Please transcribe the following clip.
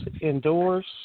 indoors